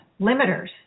limiters